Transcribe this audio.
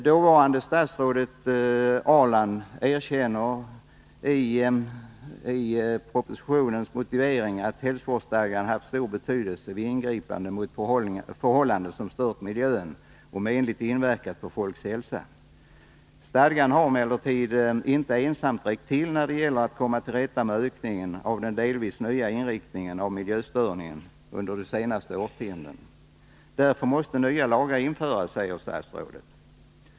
Dåvarande statsrådet Ahrland erkänner i propositionens motivering att hälsovårdsstadgan haft stor betydelse vid ingripanden mot förhållanden som stört miljön och menligt inverkat på folks hälsa. Stadgan har emellertid inte ensam räckt till när det gällt att komma till rätta med ökningen och den delvis nya inriktningen av miljöstörningen under de senaste årtiondena. Därför måste nya lagar införas, säger statsrådet.